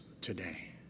today